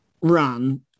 run